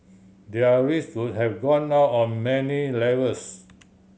their risk would have gone up on many levels